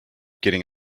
getting